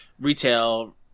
Retail